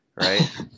right